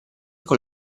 con